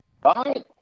Bye